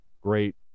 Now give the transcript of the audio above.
great